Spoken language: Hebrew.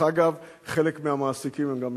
דרך אגב, חלק מהמעסיקים הם גם משרתים.